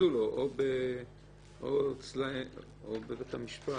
עשו לו פריסה או אצלם או בבית המשפט,